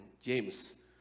james